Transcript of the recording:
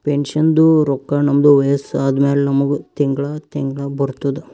ಪೆನ್ಷನ್ದು ರೊಕ್ಕಾ ನಮ್ದು ವಯಸ್ಸ ಆದಮ್ಯಾಲ ನಮುಗ ತಿಂಗಳಾ ತಿಂಗಳಾ ಬರ್ತುದ್